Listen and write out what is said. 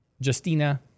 Justina